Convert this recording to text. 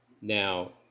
Now